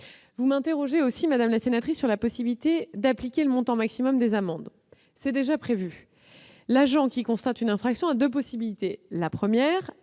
Vous m'interrogez également, madame la sénatrice, sur la possibilité d'appliquer le montant maximum des amendes. C'est déjà prévu. L'agent qui constate une infraction a deux possibilités. La première